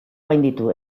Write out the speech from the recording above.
gainditu